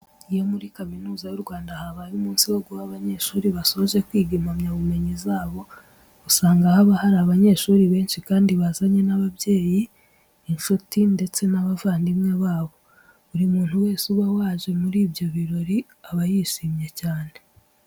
Iyo muri Kaminuza y'u Rwanda habaye umunsi wo guha abanyeshuri basoje kwiga impamyabumenyi zabo, usanga haba hari abanyeshuri benshi kandi bazanye n'ababyeyi, inshuti ndetse n'abavandimwe babo. Buri muntu wese uba yaje muri ibyo birori aba yishimye cyane.